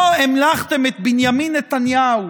לא המלכתם את בנימין נתניהו